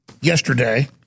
yesterday